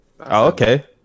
okay